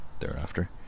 thereafter